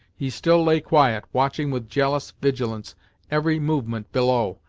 he still lay quiet, watching with jealous vigilance every movement below,